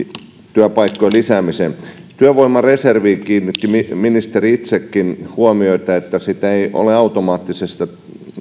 työpaikkojen lisäämiseen työvoimareserviin kiinnitti ministeri itsekin huomiota että sitä ei ole automaattisesti